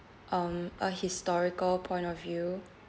um a historical point of view